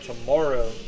tomorrow